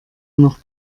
noch